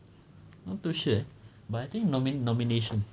not too sure but I think nomination